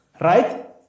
right